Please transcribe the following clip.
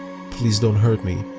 please don't hurt me.